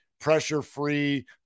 pressure-free